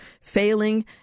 failing